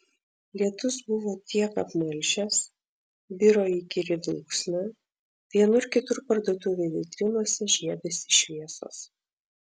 lietus buvo kiek apmalšęs biro įkyri dulksna vienur kitur parduotuvių vitrinose žiebėsi šviesos